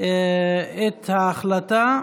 את ההחלטה